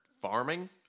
farming